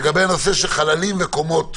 לגבי הנושא של חללים וקומות.